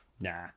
nah